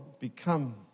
become